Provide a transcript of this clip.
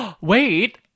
Wait